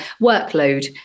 workload